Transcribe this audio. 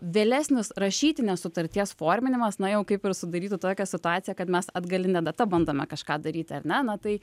vėlesnis rašytinės sutarties forminimas nu jau kaip ir sudarytų tokią situaciją kad mes atgaline data bandome kažką daryti ar ne na tai